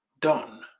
done